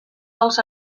dels